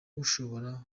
ushobora